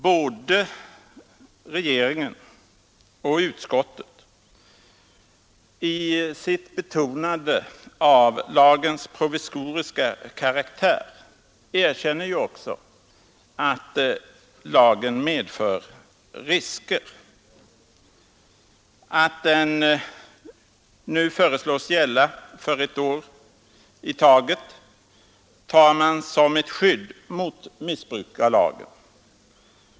Både regeringen och utskottet erkänner ju också, i sitt betonande av lagens provisoriska karaktär, att lagen medför risker. Att den nu föreslås gälla för ett år i taget tar man som ett skydd mot missbruk av lagen.